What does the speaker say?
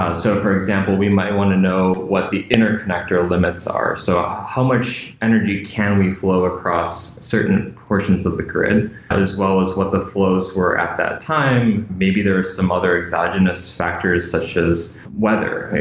ah so for example, we might want to know what the inner connector limits are. so how much energy can we flow across certain portions of the grid as well as what the flows were at that time. maybe there are some other exogenous factors such as weather.